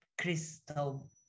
crystal